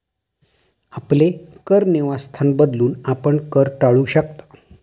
आपले कर निवासस्थान बदलून, आपण कर टाळू शकता